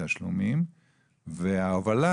תשלומים וההובלה